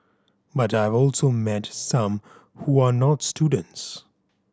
but I've also met some who are not students